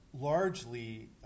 largely